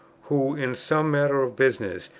who, in some matter of business,